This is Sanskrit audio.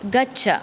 गच्छ